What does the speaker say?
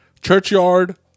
Churchyard